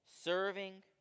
serving